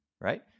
right